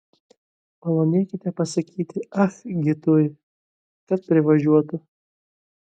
malonėkite pasakyti ah gitui kad privažiuotų